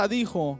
dijo